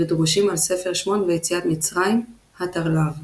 ודרושים על ספר שמות ויציאת מצרים, ה'תרל"ו